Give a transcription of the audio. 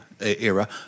era